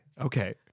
okay